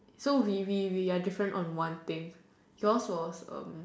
so we we we are different on one thing yours was um